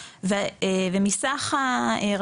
ולא על מועצות אזוריות,